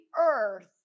earth